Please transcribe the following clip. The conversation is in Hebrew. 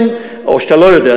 ולכן, או שאתה לא יודע.